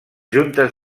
juntes